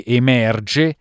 emerge